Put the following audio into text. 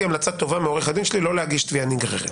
המלצה טובה מעורך הדין שלי לא להגיש תביעה נגררת.